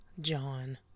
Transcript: John